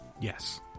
Yes